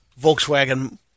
Volkswagen